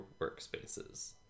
workspaces